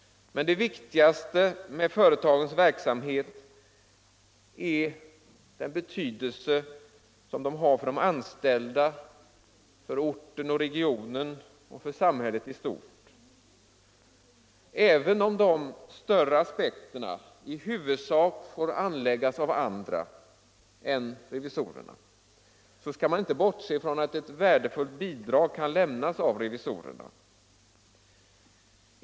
Men det viktigaste med företagens verksamhet är den betydelse som de har för de anställda, för orten och regionen och för samhället i stort. Även om dessa större aspekter i huvudsak får anläggas av andra än revisorerna skall man inte bortse från att ett värdefullt bidrag kan lämnas av revisorerna.